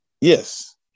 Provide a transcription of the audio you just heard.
Yes